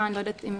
בקשה: